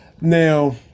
Now